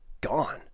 gone